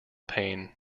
pain